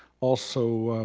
also,